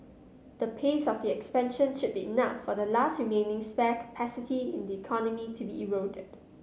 the pace of the expansion should be enough for the last remaining spare capacity in the economy to be eroded